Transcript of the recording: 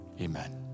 amen